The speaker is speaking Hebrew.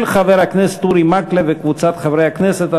של חבר הכנסת אורי מקלב וקבוצת חברי הכנסת.